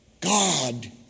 God